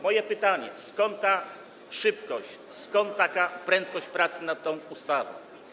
Moje pytanie: Skąd ta szybkość, skąd taka prędkość prac nad tą ustawą?